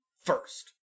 first